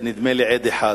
נדמה לי שיש לי רק עד אחד,